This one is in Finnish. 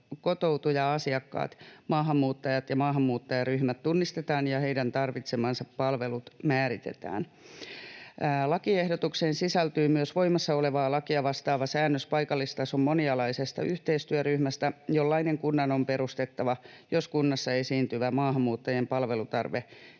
kotoutuja-asiakkaat, maahanmuuttajat ja maahanmuuttajaryhmät tunnistetaan ja heidän tarvitsemansa palvelut määritetään. Lakiehdotukseen sisältyi myös voimassa olevaa lakia vastaava säännös paikallistason monialaisesta yhteistyöryhmästä, jollainen kunnan on perustettava, jos kunnassa esiintyvä maahanmuuttajien palvelutarve